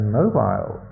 mobile